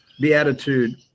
beatitude